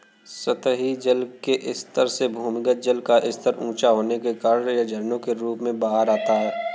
सतही जल के स्तर से भूमिगत जल का स्तर ऊँचा होने के कारण यह झरनों के रूप में बाहर आता है